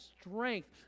strength